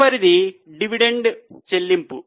తదుపరిది డివిడెండ్ చెల్లింపు